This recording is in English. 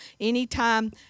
anytime